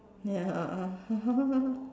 ya